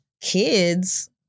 Kids